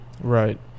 right